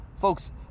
Folks